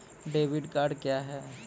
Debit card क्या हैं?